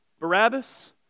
Barabbas